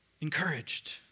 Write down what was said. encouraged